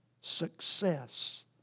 success